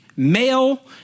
Male